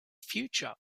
future